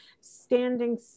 standing